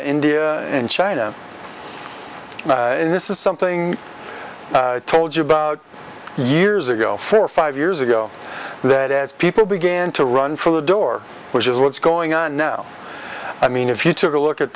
india and china this is something told you about years ago for five years ago that as people began to run for the door which is what's going on now i mean if you took a look at